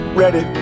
ready